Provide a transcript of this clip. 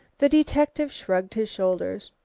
the detective shrugged his shoulders.